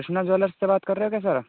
Krishna jewellers से बात कर रहे हो क्या सर